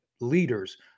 leaders